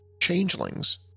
changelings